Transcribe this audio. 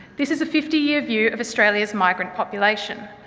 this is a fifty year view of australia's migrant population.